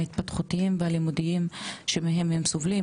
ההתפתחותיים והלימודיים שמהם הם סובלים,